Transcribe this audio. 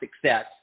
success